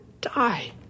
die